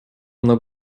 love